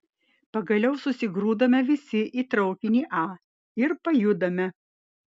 pagaliau susigrūdame visi į traukinį a ir pajudame